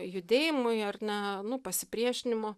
judėjimui ar ne nu pasipriešinimo